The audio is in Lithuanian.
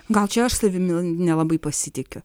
gal čia aš savimi nelabai pasitikiu